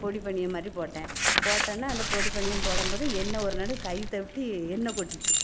பொடி பனியம் மாதிரி போட்டேன் போட்டோனே அந்த பொடி பனியம் போடும் போது எண்ணெய் ஒரு நாள் கைத்தட்டி எண்ணெய் கொட்டிட்டு